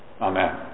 Amen